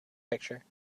picture